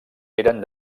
eren